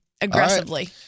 aggressively